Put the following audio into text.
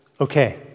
okay